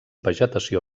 vegetació